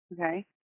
Okay